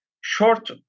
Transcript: short